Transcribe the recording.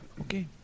Okay